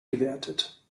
gewertet